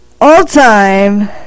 all-time